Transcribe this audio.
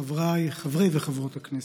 חבריי חברי וחברות הכנסת,